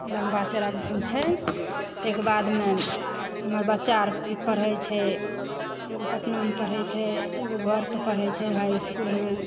लम्बा चौड़ा छै तैके बादमे हमर बच्चा अर पढ़ै छै एगो पटनामे पढ़ै छै एगो घर पर पढ़ै छै हाईइस्कूलमे